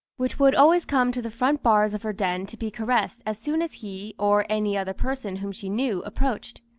which would always come to the front bars of her den to be caressed as soon as he, or any other person whom she knew, approached.